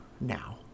now